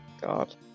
God